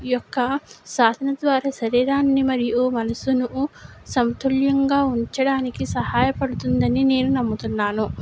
యొక్క సాధన ద్వారా శరీరాన్ని మరియూ మనసునూ సంతుల్యంగా ఉంచడానికి సహాయపడుతుందని నేను నమ్ముతున్నాను